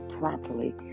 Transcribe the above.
properly